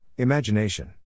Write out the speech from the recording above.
Imagination